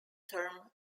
term